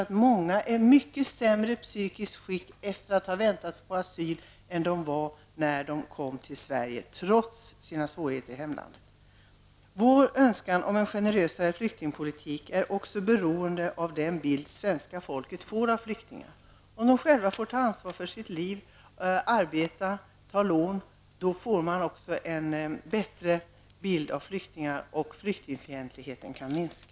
Många är nämligen i mycket sämre psykiskt skick efter att ha väntat på asyl än de var när de kom till Sverige, trots svårigheterna i hemlandet. Vår önskan om en generösare flyktingpolitik är också beroende av den bild svenska folket får av flyktingar. Om de själva får ta ansvar för sitt liv, får lån och ges möjlighet att arbeta, då bidrar det till att vi svenskar mer accepterar flyktingarna. Det gör i sin tur att flyktingfientligheten kan minska.